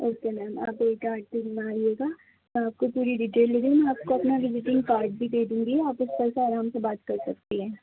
okay ma'am آپ ایک آدھ ٹور ماریے گا میں آپ کو پوری ڈیٹیل لے رہی ہوں میں اپنا وزیٹنگ کارڈ بھی دے دوں گی آپ اس طرح سے آرام سے بات کر سکتی ہیں